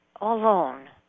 alone